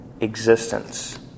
existence